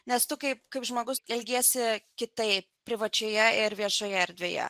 nes tu kaip kaip žmogus elgiesi kitaip privačioje ir viešoje erdvėje